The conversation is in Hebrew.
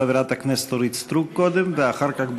חברת הכנסת אורית סטרוק קודם, ואחר כך,